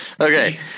Okay